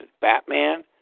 Batman